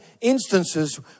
instances